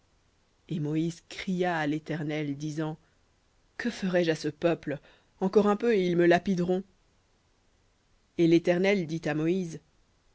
et moïse cria à l'éternel disant que ferai-je à ce peuple encore un peu et ils me lapideront et l'éternel dit à moïse